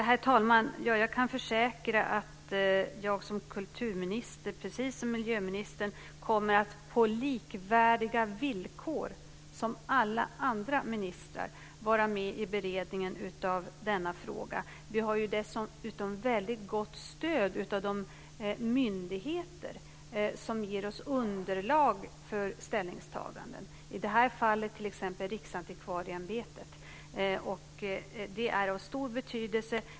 Herr talman! Jag kan försäkra att jag som kulturminister, precis som miljöministern, kommer att på likvärdiga villkor som alla andra ministrar vara med i beredningen av denna fråga. Vi har ju dessutom väldigt gott stöd av de myndigheter som ger oss underlag för ställningstaganden, i det här fallet t.ex. Riksantikvarieämbetet. Det är av stor betydelse.